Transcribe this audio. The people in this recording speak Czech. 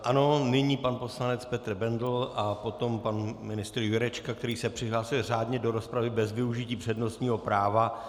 Ano, nyní pan poslanec Petr Bendl a potom pan ministr Jurečka, který se přihlásil řádně do rozpravy bez využití přednostního práva.